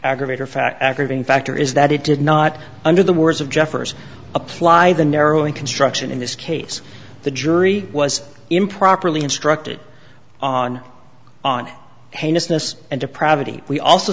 aggravator fact aggravating factor is that it did not under the words of jeffers apply the narrowing construction in this case the jury was improperly instructed on on